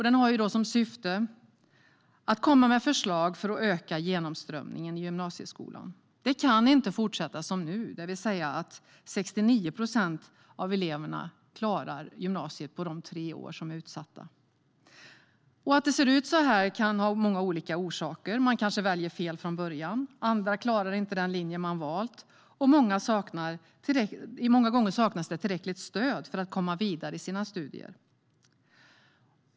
Den har som syfte att lägga fram förslag för att öka genomströmningen i gymnasieskolan. Det kan inte fortsätta som nu, det vill säga att 69 procent av eleverna klarar gymnasiet på de tre utsatta åren. Att det ser ut så kan ha många olika orsaker. Man kanske väljer fel från början. Andra klarar inte den linje de valt. Många gånger saknas tillräckligt stöd för att man ska komma vidare i sina studier.